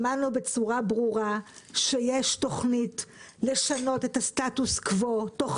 שמענו בצורה ברורה שיש תכנית לשנות את הסטטוס קוו תוך